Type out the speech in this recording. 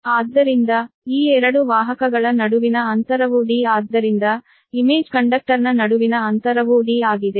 ಆದ್ದರಿಂದ ಈ 2 ವಾಹಕಗಳ ನಡುವಿನ ಅಂತರವು d ಆದ್ದರಿಂದ ಇಮೇಜ್ ಕಂಡಕ್ಟರ್ನ ನಡುವಿನ ಅಂತರವೂ d ಆಗಿದೆ